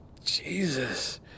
Jesus